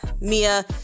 Mia